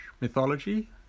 mythology